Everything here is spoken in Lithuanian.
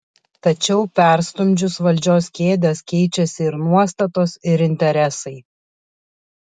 tačiau perstumdžius valdžios kėdes keičiasi ir nuostatos ir interesai